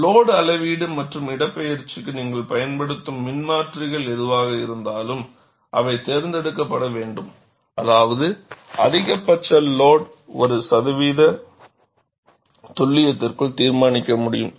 load அளவீடு மற்றும் இடப்பெயர்ச்சிக்கு நீங்கள் பயன்படுத்தும் மின்மாற்றிகள் எதுவாக இருந்தாலும் அவை தேர்ந்தெடுக்கப்பட வேண்டும் அதாவது அதிகபட்ச லோடு ஒரு சதவிகித துல்லியத்திற்குள் தீர்மானிக்க முடியும்